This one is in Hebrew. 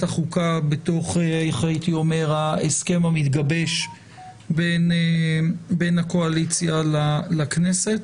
החוקה בתוך ההסכם המתגבש בין הקואליציה לכנסת.